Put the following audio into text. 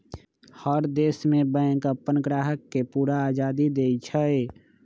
हर देश में बैंक अप्पन ग्राहक के पूरा आजादी देई छई